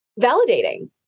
validating